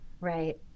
Right